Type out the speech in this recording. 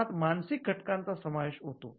श्रमात मानसिक घटकांचा समावेश होतो